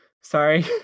sorry